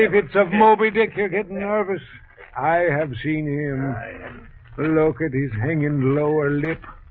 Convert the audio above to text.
it's of moby-dick you get nervous i have seen him look at his hanging lower lip.